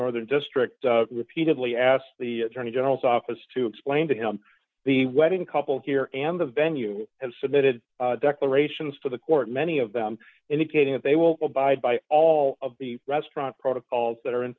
northern district repeatedly asked the attorney general's office to explain to him the wedding couple here and the venue have submitted declarations to the court many of them indicating that they will abide by all of the restaurant protocols that are in